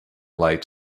light